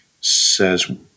says